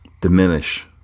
diminish